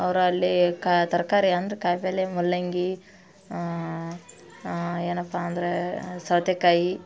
ಅವ್ರು ಅಲ್ಲಿ ಕಾ ತರಕಾರಿ ಅಂದು ಕಾಯಿಪಲ್ಯ ಮೂಲಂಗಿ ಏನಪ್ಪ ಅಂದರೆ ಸೌತೆಕಾಯಿ